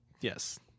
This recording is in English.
Yes